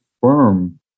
firm